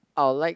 I'll like